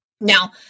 Now